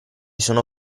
sono